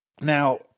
now